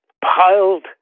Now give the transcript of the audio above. piled